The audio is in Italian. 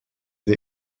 the